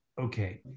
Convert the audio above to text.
okay